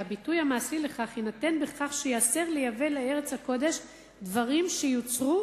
והביטוי המעשי לכך יינתן בכך שייאסר לייבא לארץ הקודש דברים שיוצרו